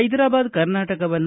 ಪೈದರಾಬಾದ ಕರ್ನಾಟಕವನ್ನು